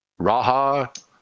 raha